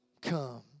Come